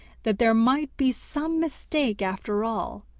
that there might be some mistake after all.